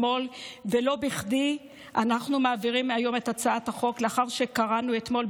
ולא בכדי אנחנו מעבירים היום את הצעת החוק לאחר שקראנו אתמול,